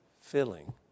filling